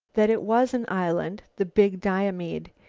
that it was an island, the big diomede,